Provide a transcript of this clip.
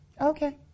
okay